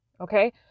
Okay